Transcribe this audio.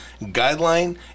guideline